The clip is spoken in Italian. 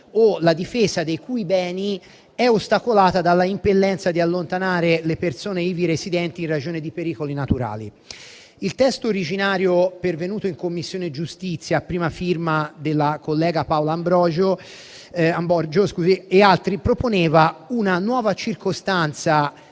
o beni la cui difesa è ostacolata dall'impellenza di allontanare le persone ivi residenti in ragione di pericoli naturali. Il testo originario pervenuto in Commissione giustizia, presentato come prima firmataria dalla collega Paola Ambrogio e da altri senatori, proponeva una nuova circostanza